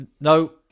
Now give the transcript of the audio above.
No